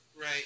right